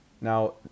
Now